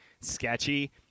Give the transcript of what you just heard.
sketchy